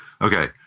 Okay